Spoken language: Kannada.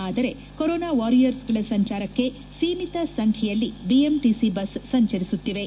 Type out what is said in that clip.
ಆದರೆ ಕೊರೊನಾ ವಾರಿಯರ್ಸ್ಗಳ ಸಂಚಾರಕ್ಕೆ ಸೀಮಿತ ಸಂಖ್ಯೆಯಲ್ಲಿ ಬಿಎಂಟಿಸಿ ಬಸ್ ಸಂಚರಿಸುತ್ತಿವೆ